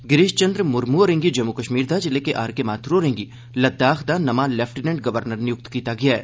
गिरीश चंद्र मुरमु होरेंगी जम्मू कश्मीर दा जिल्ले के आर के माथुर होरेंगी लद्दाख दा नमां लेफ्टिनेंट गवर्नर नियुक्त कीता गेआ ऐ